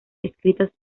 escritas